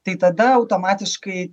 tai tada automatiškai